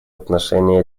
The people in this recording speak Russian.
отношении